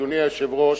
אדוני היושב-ראש,